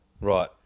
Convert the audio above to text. right